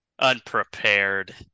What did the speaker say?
Unprepared